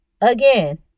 Again